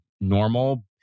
normal